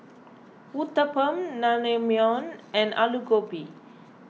Uthapam Naengmyeon and Alu Gobi